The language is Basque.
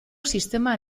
sistema